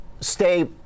stay